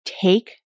take